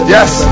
Yes